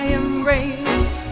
embrace